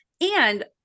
And-